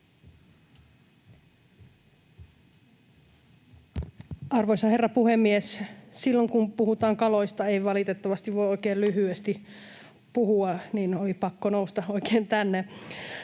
Arvoisa herra puhemies! Silloin, kun puhutaan kaloista, ei valitettavasti voi oikein lyhyesti puhua, joten oli pakko nousta oikein tänne.